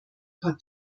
paar